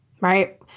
right